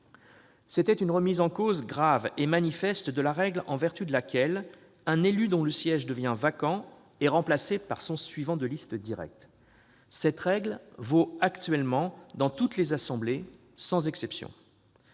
C'était une remise en cause grave et manifeste de la règle en vertu de laquelle un élu dont le siège devient vacant est remplacé par son suivant de liste direct. Cette règle vaut actuellement dans toutes les assemblées, sans exception.